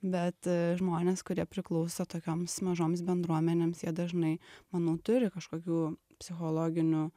bet žmonės kurie priklauso tokioms mažoms bendruomenėms jie dažnai manau turi kažkokių psichologinių